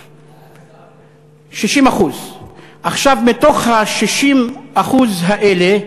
60%. עכשיו, מתוך ה-60% האלה,